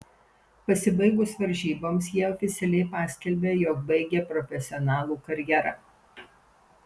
pasibaigus varžyboms jie oficialiai paskelbė jog baigia profesionalų karjerą